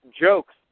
jokes